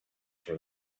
from